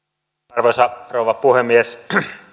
arvoisa rouva puhemies